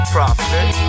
Profit